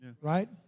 right